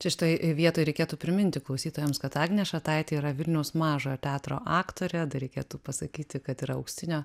čia šitoj vietoj reikėtų priminti klausytojams kad agnė šataitė yra vilniaus mažojo teatro aktorė dar reikėtų pasakyti kad yra auksinio